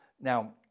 Now